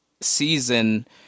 season